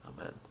Amen